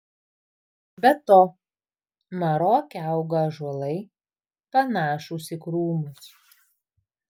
be to maroke auga ąžuolai panašūs į krūmus